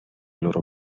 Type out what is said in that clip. loro